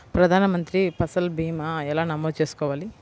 ప్రధాన మంత్రి పసల్ భీమాను ఎలా నమోదు చేసుకోవాలి?